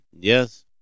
Yes